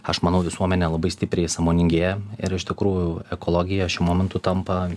aš manau visuomenė labai stipriai sąmoningėja ir iš tikrųjų ekologija šiuo momentu tampa